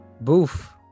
Boof